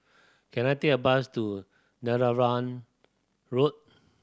can I take a bus to Netheravon Road